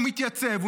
הוא מתייצב,